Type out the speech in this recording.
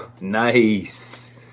Nice